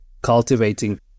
cultivating